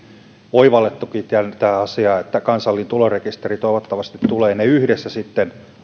oivallettukin tämä tarvitsee tuekseen sitä että kansallinen tulorekisteri toivottavasti tulee yhdessä ne sitten